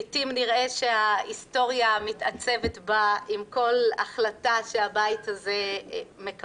לעתים נראה שההיסטוריה מתעצבת בה עם כל החלטה שהבית הזה מקבל.